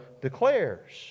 declares